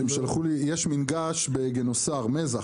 יש מינגש בגנוסר, מזח,